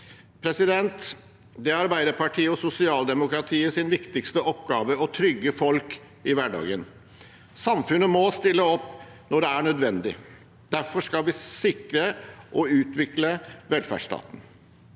bringer. Det er Arbeiderpartiets og sosialdemokratiets viktigste oppgave å trygge folk i hverdagen. Samfunnet må stille opp når det er nødvendig. Derfor skal vi sikre og utvikle velferdsstaten.